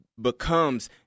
becomes